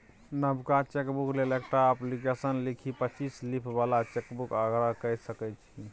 नबका चेकबुक लेल एकटा अप्लीकेशन लिखि पच्चीस लीफ बला चेकबुकक आग्रह कए सकै छी